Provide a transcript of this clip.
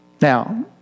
Now